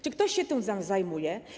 Czy ktoś się tym zajmuje?